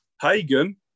Hagen